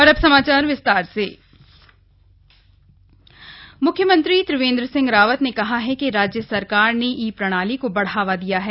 ई office प्रणाली मुख्यमंत्री त्रिवेन्द्र सिंह रावत ने कहा है कि राज्य सरकार ने ई प्रणाली को बढ़ावा दिया है